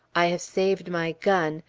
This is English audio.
i have saved my gun,